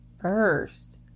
First